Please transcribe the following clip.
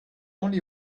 only